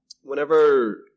whenever